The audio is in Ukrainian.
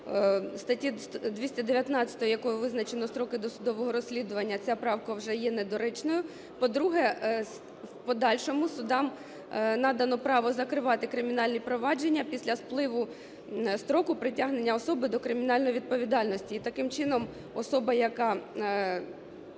статті 219, якою визначено строки досудового розслідування, ця правка вже є недоречною. По-друге, в подальшому судам надано право закривати кримінальні провадження після спливу строку притягнення особи до кримінальної відповідальності. І таким чином особа, яка